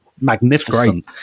magnificent